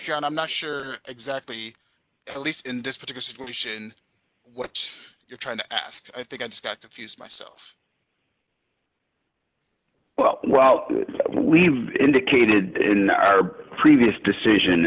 again i'm not sure exactly least in this particular solution what you're trying to ask i think i just got confused myself well well we indicated in our previous decision